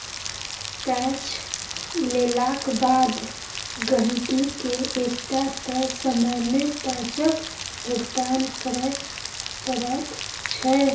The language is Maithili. पैंच लेलाक बाद गहिंकीकेँ एकटा तय समय मे पैंचक भुगतान करय पड़ैत छै